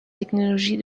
technologies